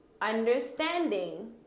understanding